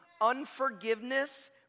Unforgiveness